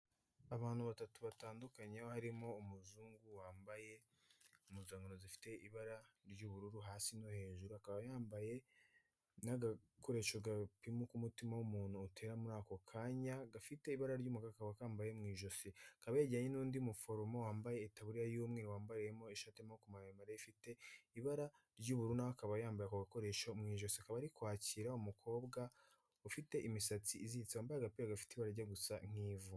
Abantu batatu batandukanye harimo umuzungu wambaye impuzano zifite ibara ry'ubururu hasi no hejuru akaba yambaye n'agakoresho gapima uko umutima w'umuntu utera muri ako kanya gafite ibara ry'umukara akaba akambaye mu ijosi, akaba yegerejyanye n'undi muforomo wambaye itaburiya y'umweru wambariyemo ishati y'amaboko maremare ifite ibara ry'ubururu nawe akaba yambaye ako gakoresho mu ijosi, akaba ari kwakira umukobwa ufite imisatsi iziritse wambaye agapira gafite ibara rijya gusa nk'ivu.